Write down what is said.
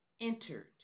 entered